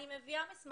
אני מביאה מסמכים